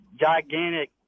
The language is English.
gigantic